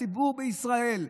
הציבור בישראל,